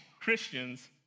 Christians